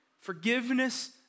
forgiveness